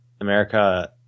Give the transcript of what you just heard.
America